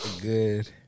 good